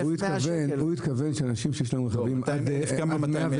הוא התכוון שאנשים שיש להם רכבים --- גם ב-210,000.